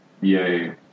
Yay